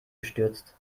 gestürzt